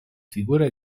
figure